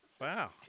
Wow